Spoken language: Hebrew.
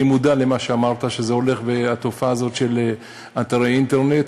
אני מודע למה שאמרת, לתופעה הזאת של אתרי אינטרנט.